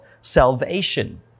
salvation